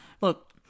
Look